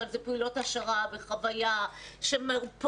אבל זה פעילויות העשרה וחוויה שמרפאות,